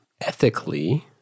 ethically